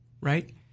right